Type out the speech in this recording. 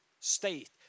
state